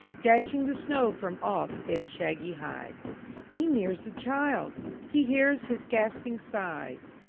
dashing the snow from off its shaggy hide he nears the child he hears his gasping sighs,